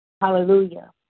Hallelujah